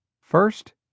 First